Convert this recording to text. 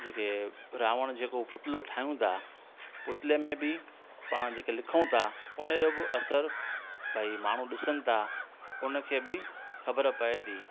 जेके रावण जेको पुतलो ठाहियूं था पुतले में बि पाण जेके लिखूं था उनजो बि असर भई माण्हुनि ॾिसनि था उनखे बि ख़बर पए थी